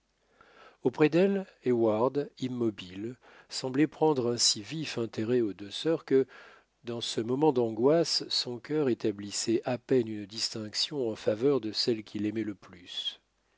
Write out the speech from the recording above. auprès d'elles heyward immobile semblait prendre un si vif intérêt aux deux sœurs que dans ce moment d'angoisse son cœur établissait à peine une distinction en faveur de celle qu'il aimait le plus